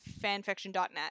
fanfiction.net